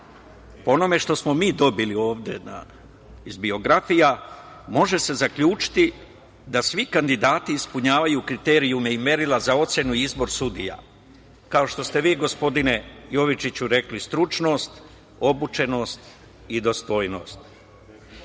po onome što smo mi dobili ovde iz biografija, može se zaključiti da svi kandidati ispunjavaju kriterijume i merila za ocenu i izbor sudija. Kao što ste vi rekli, gospodine Jovičiću, stručnost, obučenost i dostojnost. Kada